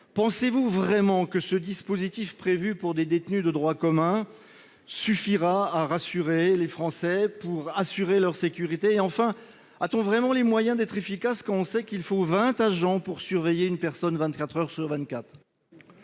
Premier ministre, que ce dispositif prévu pour des détenus de droit commun suffira à rassurer les Français et à assurer leur sécurité ? A-t-on vraiment les moyens d'être efficace, quand on sait que 20 agents sont nécessaires pour surveiller une personne 24 heures sur 24 ?